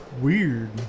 weird